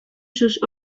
sus